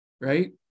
right